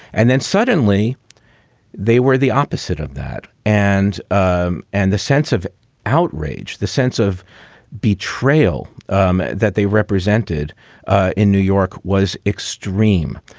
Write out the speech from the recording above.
and then suddenly they were the opposite of that. and um and the sense of outrage, the sense of betrayal um that they represented in new york was extreme.